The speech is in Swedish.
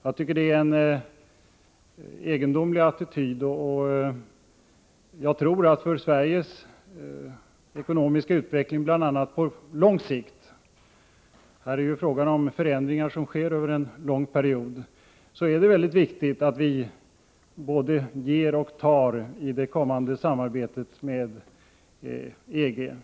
Det är en egendomlig attityd, och jag tror att det för Sveriges ekonomiska utveckling på lång sikt — här är det ju fråga om förändringar som sker över en lång period — är mycket viktigt att vi både ger och tar i det kommande samarbetet med EG.